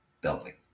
building